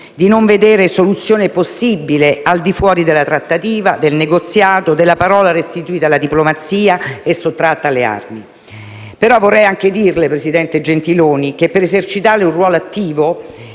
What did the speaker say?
di non vedere soluzione possibile al di fuori della trattativa, del negoziato, della parola restituita alla democrazia e sottratta alle armi. Vorrei anche dirle, però, presidente Gentiloni Silveri, che per esercitare un ruolo attivo,